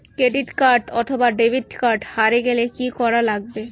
Credit card অথবা debit card হারে গেলে কি করা লাগবে?